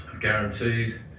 guaranteed